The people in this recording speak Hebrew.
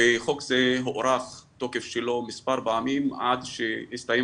וחוק זה הוארך תוקף שלו מספר פעמים עד שהסתיים